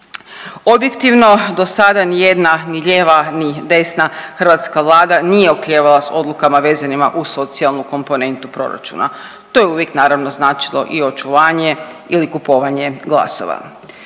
Objektivno dosada nijedna ni lijeva, ni desna hrvatska Vlada nije oklijevala s odlukama vezanima uz socijalnu komponentu proračuna. To je uvijek naravno značilo i očuvanje ili kupovanje glasova.